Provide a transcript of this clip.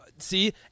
See